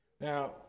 Now